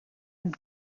einen